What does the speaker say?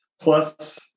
plus